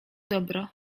dobro